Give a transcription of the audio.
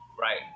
Right